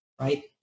right